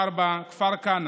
כפר כנא,